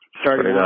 starting